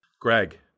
Greg